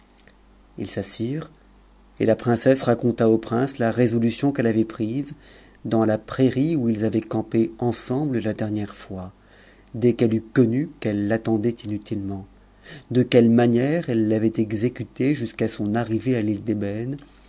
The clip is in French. ils s'assirent et la princesse raconta au prince la résolution qu'elle avait prise dans la prairie où ils avaient campé ensemble la dernière fuis dès qu'elle eut connu qu'elle l'attendait inutilement de quelle manière elle l'avait exécutée jusqu'à son arrivée à t'me